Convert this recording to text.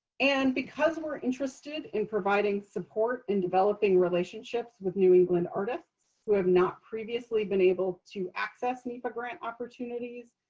and because we're interested in providing support in developing relationships with new england artists who have not previously been able to access nefa grant opportunities,